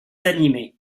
aminés